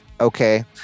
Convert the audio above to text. okay